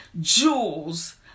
jewels